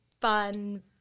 fun